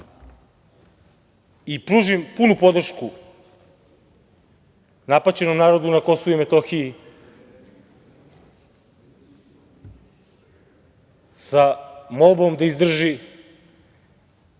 i pružim punu podršku napaćenom narodu na KiM sa molbom da izdrži